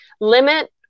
limit